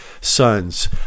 sons